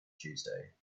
tuesday